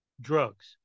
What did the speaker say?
Drugs